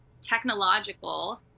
technological